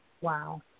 Wow